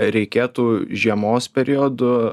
reikėtų žiemos periodu